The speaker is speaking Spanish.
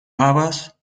habas